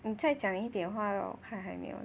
你在讲一点话 lor 我看还没有